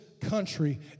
country